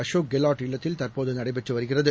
அஷோக் கெலாட் இல்லத்தில தற்போது நடைபெற்று வருகிறது